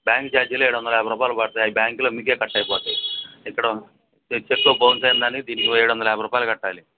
bank చార్జీలు ఏడొందల యాభై రూపాయలు పడతాయి అవి బ్యాంక్లో మీకే కట్ అయిపోతయ్ ఇక్కడొక చెక్కు బౌన్స్ అయ్యిందని దీనికొక ఏడొందల యాభై రూపాయలు కట్టాలి